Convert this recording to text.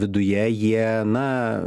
viduje jie na